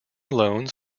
loans